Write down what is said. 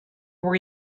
were